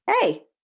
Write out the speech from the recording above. hey